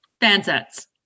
Fansets